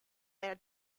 their